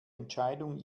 entscheidung